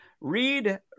Read